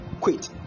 quit